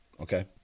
Okay